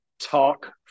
talk